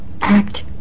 act